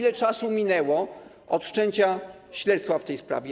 Ile czasu minęło od wszczęcia śledztwa w tej sprawie?